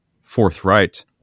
forthright